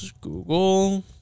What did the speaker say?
Google